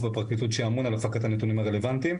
בפרקליטות שאמון על הפקת הנתונים הרלוונטיים.